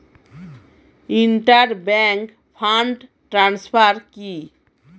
Inter bank fund transfer কি?